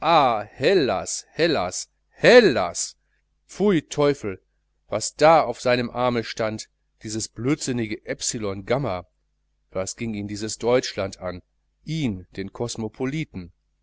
hellas hellas hellas pfui teufel was da auf seinem arme stand dieses blödsinnige epsilon gamma was ging ihn dieses deutschland an ihn den kosmopoliten